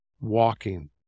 walking